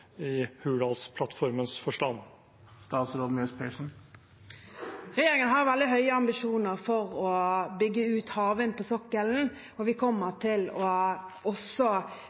i Hurdalsplattformens forstand? Regjeringen har veldig høye ambisjoner om å bygge ut havvind på sokkelen, og vi kommer også til å